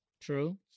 true